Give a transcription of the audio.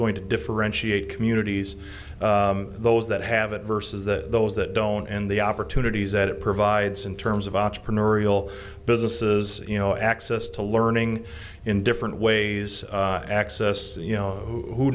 going to differentiate communities those that have it versus the those that don't and the opportunities that it provides in terms of entrepreneurial businesses you know access to learning in different ways access you know who